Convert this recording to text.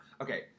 Okay